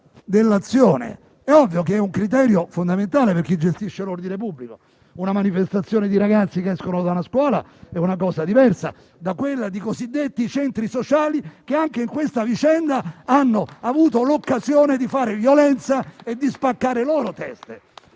dell'azione è un criterio fondamentale per chi gestisce l'ordine pubblico. Una manifestazione di ragazzi che escono dalla scuola è una cosa diversa da quella dei cosiddetti centri sociali che anche in questa vicenda hanno avuto occasione di fare violenza e di spaccare teste.